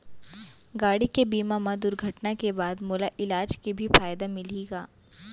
गाड़ी के बीमा मा दुर्घटना के बाद मोला इलाज के भी फायदा मिलही का?